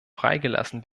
freigelassen